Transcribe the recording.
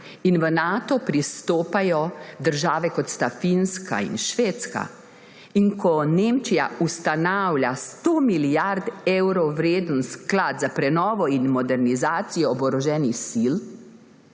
in v Nato pristopajo države, kot sta Finska in Švedska, in ko Nemčija ustanavlja 100 milijard evrov vreden sklad za prenovo in modernizacijo oboroženih sil,